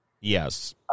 Yes